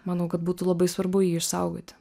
manau kad būtų labai svarbu jį išsaugoti